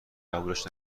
قبولش